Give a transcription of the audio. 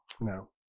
No